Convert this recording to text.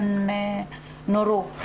הן נורו.